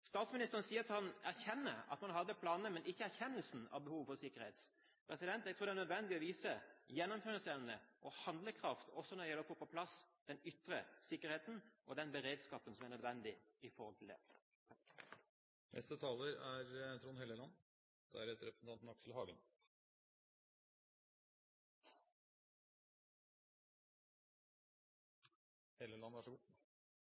Statsministeren erkjenner at man hadde planene, men ikke erkjennelsen av behovet for sikkerhet. Jeg tror det er nødvendig å vise gjennomføringsevne og handlekraft også når det gjelder å få plass den ytre sikkerheten, og den beredskapen som er nødvendig i forhold til det. Siste trontaledebatt i en stortingsperiode er